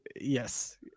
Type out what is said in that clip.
yes